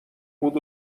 بود